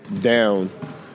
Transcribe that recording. down